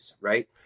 right